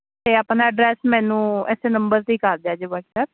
ਅਤੇ ਆਪਣਾ ਐਡਰੈਸ ਮੈਨੂੰ ਇਸ ਨੰਬਰ 'ਤੇ ਹੀ ਕਰ ਦਿਆ ਜੇ ਵਟਸਐਪ